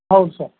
ಹೌದ್ ಸರ್